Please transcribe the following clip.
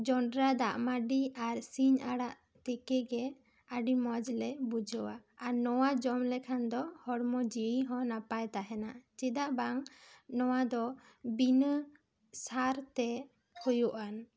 ᱡᱚᱱᱰᱟᱨᱟ ᱫᱟᱜ ᱢᱟᱹᱰᱤ ᱟᱨ ᱥᱤᱧ ᱟᱲᱟᱜ ᱛᱤᱠᱤ ᱜᱮ ᱟᱹᱰᱤ ᱢᱚᱡᱽ ᱞᱮ ᱵᱩᱡᱷᱟᱹᱣᱟ ᱟᱨ ᱱᱚᱣᱟ ᱡᱚᱢ ᱞᱮᱠᱷᱟᱱ ᱫᱚ ᱦᱚᱲᱢᱚ ᱡᱤᱣᱭᱤ ᱦᱚᱸ ᱱᱟᱯᱟᱭ ᱛᱟᱦᱮᱱᱟ ᱪᱮᱫᱟᱜ ᱵᱟᱝ ᱱᱚᱣᱟ ᱫᱚ ᱵᱤᱱᱟᱹ ᱥᱟᱨ ᱛᱮ ᱦᱩᱭᱩᱜᱼᱟ